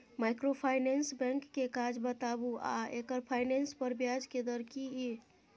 Microfinance bank के काज बताबू आ एकर फाइनेंस पर ब्याज के दर की इ?